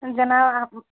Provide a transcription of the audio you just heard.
جناب آپ